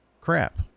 crap